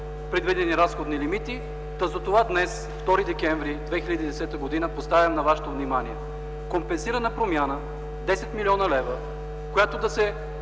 предвидени разходни лимити, та затова днес, 2 декември 2010 г., поставям на вашето внимание компенсирана промяна – 10 млн. лв., която да се